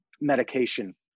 medication